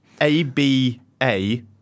A-B-A